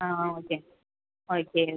ஆ ஆ okay okay